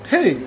Hey